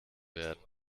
werden